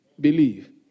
believe